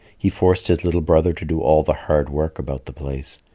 he forced his little brother to do all the hard work about the place.